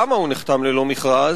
למה הוא נחתם ללא מכרז,